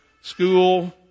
school